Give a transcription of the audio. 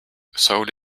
sold